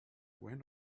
went